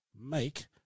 make